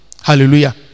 hallelujah